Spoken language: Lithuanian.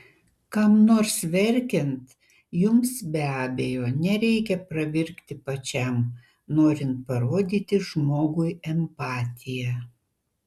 kam nors verkiant jums be abejo nereikia pravirkti pačiam norint parodyti žmogui empatiją